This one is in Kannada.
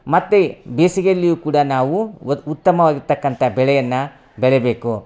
ಮತ್ತು ಬೇಸಿಗೆಯಲ್ಲಿಯು ಕೂಡ ನಾವು ಉತ್ತಮವಾಗಿರ್ತಕ್ಕಂಥ ಬೆಳೆಯನ್ನು ಬೆಳಿಬೇಕು